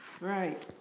Right